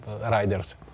riders